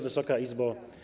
Wysoka Izbo!